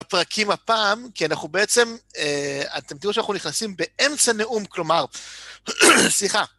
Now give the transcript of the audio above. הפרקים הפעם, כי אנחנו בעצם, אתם תראו שאנחנו נכנסים באמצע נאום, כלומר... סליחה.